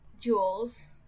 jewels